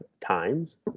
times